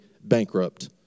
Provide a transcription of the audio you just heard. bankrupt